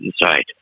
inside